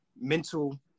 mental